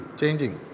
changing